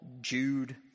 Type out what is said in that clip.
Jude